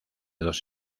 dos